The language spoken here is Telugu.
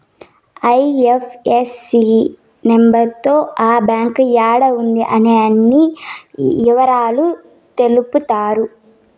ఐ.ఎఫ్.ఎస్.సి నెంబర్ తో ఆ బ్యాంక్ యాడా ఉంది అనే అన్ని ఇవరాలు తెలుత్తాయి